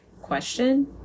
question